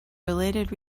related